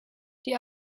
die